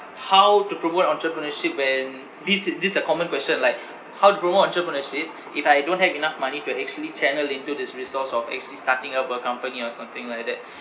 how to promote entrepreneurship when this a this a common question like how to go on entrepreneurship if I don't have enough money to actually channel into this resource of actually starting up a company or something like that